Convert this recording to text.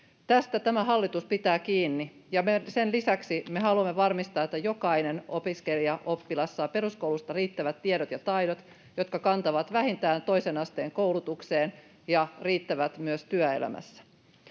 Tästä tämä hallitus pitää kiinni, ja sen lisäksi me haluamme varmistaa, että jokainen opiskelija, oppilas saa peruskoulusta riittävät tiedot ja taidot, jotka kantavat vähintään toisen asteen koulutukseen ja riittävät myös työelämässä.